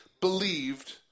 believed